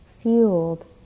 fueled